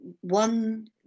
one